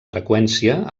freqüència